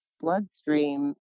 bloodstream